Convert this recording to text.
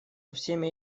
всеми